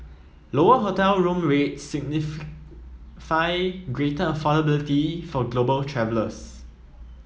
lower hotel room rates signify greater affordability for global travellers